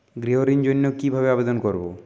গৃহ ঋণ জন্য কি ভাবে আবেদন করব?